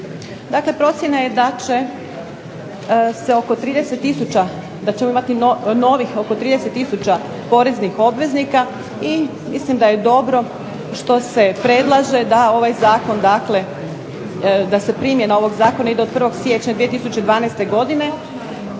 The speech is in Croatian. Dakle, procjena je da će se oko, da ćemo imati novih oko 30 tisuća poreznih obveznika i mislim da je dobro da se u primjenu ovog Zakona ide od 1. siječnja 2012. godine,